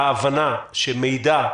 ההבנה שמידע,